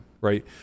right